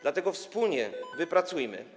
Dlatego wspólnie to wypracujmy.